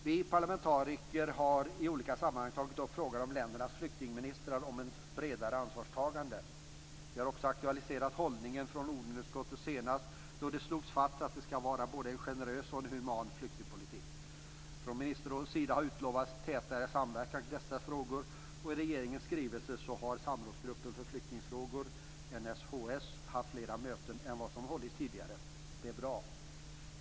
Vi parlamentariker har i olika sammanhang tagit upp frågan om ett bredare ansvarstagande med ländernas flyktingministrar. Vi har också aktualiserat hållningen från Nordenutskottet senast, då det slogs fast att det skall vara en både generös och human flyktingpolitik. Från ministerrådets sida har utlovats tätare samverkan i dessa frågor, och enligt regeringens skrivelse har samrådsgruppen för flyktingfrågor, NSHS, haft fler möten än vad som har hållits tidigare. Det är bra.